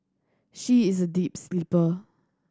she is a deep sleeper